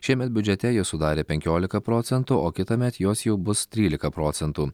šiemet biudžete jos sudarė penkiolika procentų o kitąmet jos jau bus trylika procentų